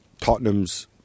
Tottenham's